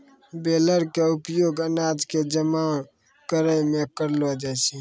baler के उपयोग अनाज कॅ जमा करै मॅ करलो जाय छै